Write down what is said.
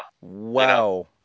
Wow